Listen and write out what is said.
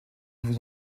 vous